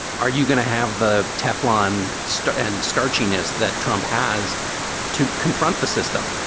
are you going to have the teflon stuff and starchy ness that trump has to confront the system?